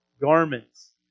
garments